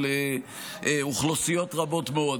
של אוכלוסיות רבות מאוד.